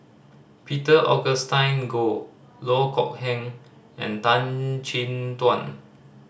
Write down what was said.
Peter Augustine Goh Loh Kok Heng and Tan Chin Tuan